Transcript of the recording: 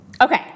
Okay